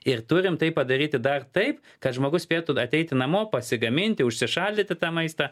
ir turim tai padaryti dar taip kad žmogus spėtų ateiti namo pasigaminti užsišaldyti tą maistą